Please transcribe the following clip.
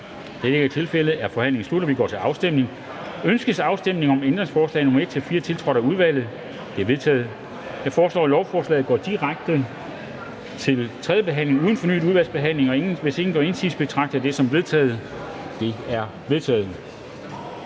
Kl. 15:05 Afstemning Formanden (Henrik Dam Kristensen): Ønskes afstemning om ændringsforslag nr. 1-5, tiltrådt af udvalget? De er vedtaget. Jeg foreslår, at lovforslaget går direkte til tredje behandling uden fornyet udvalgsbehandling. Hvis ingen gør indsigelse, betragter jeg det som vedtaget. Det er vedtaget.